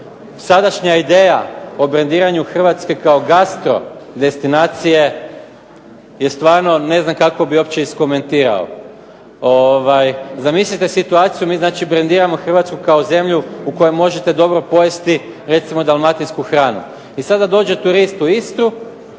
Sadašnja ideja o brandiranju Hrvatske kao gastro destinacije je stvarno, ne znam kako bih uopće iskomentirao. Zamislite situaciju, mi znači brendiramo Hrvatsku kao zemlju u kojoj možete dobro pojesti recimo dalmatinsku hranu. I sada dođe turist u Istru